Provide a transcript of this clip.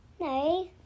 No